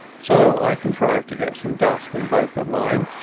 so i contrived to get some dust in both of mine,